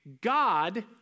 God